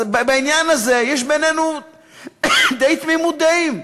אז בעניין הזה יש בינינו די תמימות דעים.